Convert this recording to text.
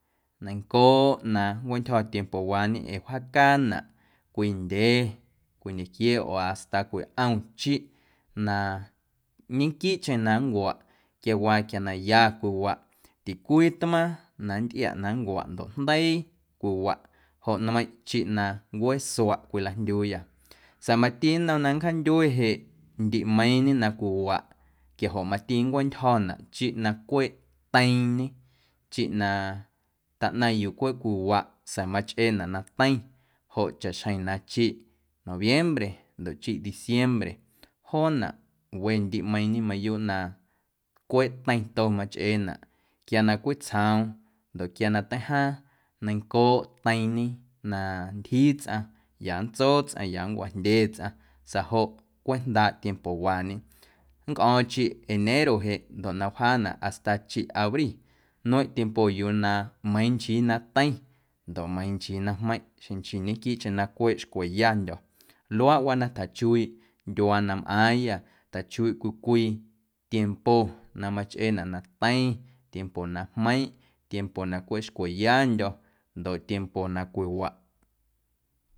Neiⁿncooꞌ na nncweꞌntyjo̱ tiempowaañe ee wjaacaanaꞌ cwii ndyee cwii ñequiee oo hasta cwii ꞌom chiꞌ na ñenquiiꞌcheⁿ na nncuaꞌ quiawaa quia na ya cwiwaꞌ ticwii tmaaⁿ na nntꞌiaꞌ na nncuaꞌ ndoꞌ jndeii cwiwaꞌ joꞌ nmeiⁿꞌ chiꞌ na ncueesuaꞌ cwilajndyuuyâ sa̱a̱ mati nnom na nncjaandyue jeꞌ ndiꞌmeiiⁿñe na cwiwaꞌ quiajoꞌ mati nncweꞌntyjo̱naꞌ chiꞌ na cweꞌ teiiⁿñe chiꞌ na taꞌnaⁿ yuu cweꞌ cwiwaꞌ sa̱a̱ machꞌeenaꞌ na teiⁿ joꞌ chaꞌxjeⁿ na chiꞌ noviembre ndoꞌ chiꞌ diciembre joonaꞌ we ndiꞌmeiiⁿñe mayuuꞌ na cweꞌ teiⁿto machꞌeenaꞌ quia na cwitsjoom ndoꞌ quia na teijaaⁿ neinⁿcooꞌ teiiⁿñe na ntyjii tsꞌaⁿ ya nntsoo tsꞌaⁿ, ya nncwajndye tsꞌaⁿ sa̱a̱ joꞌ cweꞌjndaaꞌ tiempowaañe nncꞌo̱o̱ⁿ chiꞌ enero jeꞌ na wjaanaꞌ hasta chiꞌ abri nmeiⁿꞌ tiempo yuu na meiiⁿ nchii na teiⁿ ndoꞌ meiiⁿ nchii na jmeiⁿꞌ xeⁿ nchii ñequiiꞌncheⁿ na cweꞌ xcweyandyo̱ luaaꞌwaa na tjachuiiꞌ ndyuaa na mꞌaaⁿyâ tjachuiiꞌ cwii cwii tiempo na machꞌeenaꞌ na teiⁿ, tiempo na jmeiⁿꞌ, tiempo na cweꞌ xcweyandyo̱ ndoꞌ tiempo na cwiwaꞌ.